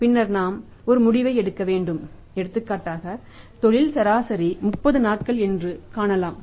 பின்னர் நாம் ஒரு முடிவை எடுக்க வேண்டும் எடுத்துக்காட்டாக தொழில் சராசரி 30 நாட்கள் என்று நீங்கள் காணலாம்